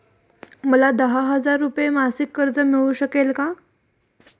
मला दहा हजार रुपये मासिक कर्ज मिळू शकेल का?